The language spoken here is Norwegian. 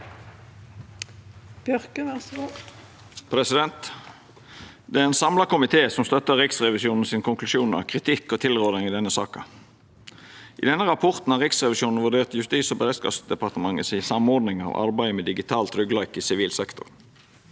Det er ein samla ko- mité som støttar Riksrevisjonens konklusjon, kritikk og tilråding i denne saka. I denne rapporten har Riksrevisjonen vurdert Justis- og beredskapsdepartementet si samordning av arbeidet med digital tryggleik i sivil sektor.